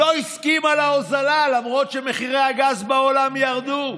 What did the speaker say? לא הסכימה להוזלה, למרות שמחירי הגז בעולם ירדו,